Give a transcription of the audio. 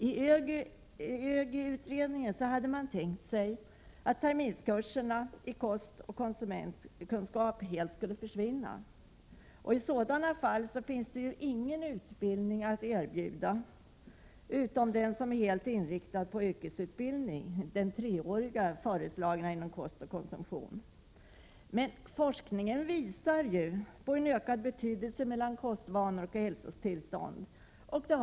I ÖGY-utredningen hade man tänkt sig att terminskurserna inom kost och konsumtion helt skulle försvinna. Om så sker skulle det inte finns någon utbildning att erbjuda utom den föreslagna treåriga linje som är helt inriktad på yrkesutbildning inom kostoch konsumtionsområdena. Forskare tillmäter sambandet mellan kostvanor och hälsotillstånd en ökad betydelse.